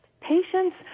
patients